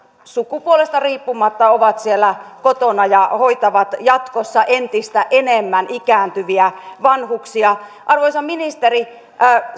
sukupuolesta riippumatta ovat siellä kotona ja hoitavat jatkossa entistä enemmän ikääntyviä vanhuksia arvoisa ministeri